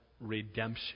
redemption